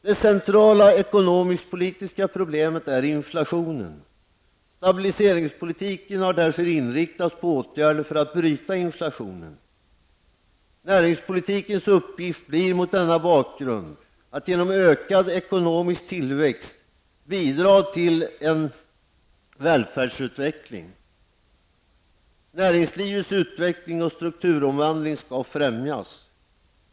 Det centrala ekonomisk-politiska problemet är inflationen. Stabiliseringspolitiken har därför inriktats på åtgärder för att bryta inflationen. Näringspolitikens uppgift blir mot denna bakgrund att genom ökad ekonomisk tillväxt bidra till en välfärdsutveckling. Näringslivets utveckling och strukturomvandling skall främjas.